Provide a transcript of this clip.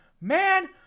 Man